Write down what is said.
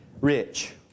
rich